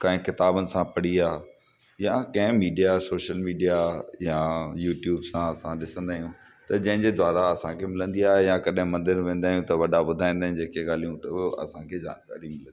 कंहिं किताबनि सां पढ़ी आहे या कंहिं मीडिया सोशल मीडिया या यूट्यूब सां असां ॾिसंदा आहियूं त जेंहिंजे द्वारां असांखे मिलंदी आहे यां कॾहिं मंदर वेंदा आहियूं त वॾा ॿुधाईंदा आहिनि जेके ॻाल्हियूं त उहे असांखे जानकारी मिलंदी आहे